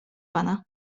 pana